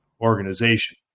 organization